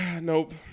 Nope